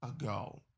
Ago